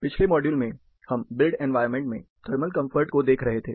पिछले मॉड्यूल में हम बिल्ट एनवायरनमेंट में थर्मल कम्फर्ट को देख रहे थे